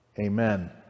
amen